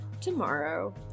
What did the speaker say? tomorrow